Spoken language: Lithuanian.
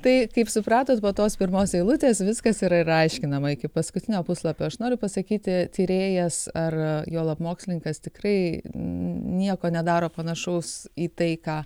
tai kaip supratot buvo tos pirmos eilutės viskas yra ir aiškinama iki paskutinio puslapio aš noriu pasakyti tyrėjas ar juolab mokslininkas tikrai nieko nedaro panašaus į tai ką